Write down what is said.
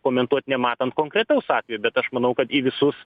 komentuot nematant konkretaus atvejo bet aš manau kad į visus